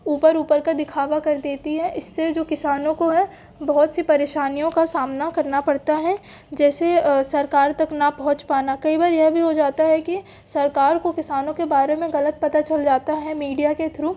ऊपर ऊपर का दिखावा कर देती हैं इससे जो किसानों को है बहुत सी परेशानियों का सामना करना पड़ता है जैसे सरकार तक ना पहुंच पाना कई बार यह भी हो जाता है कि सरकार को किसानों के बारे में ग़लत पता चल जाता है मीडिया के थ्रू